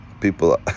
people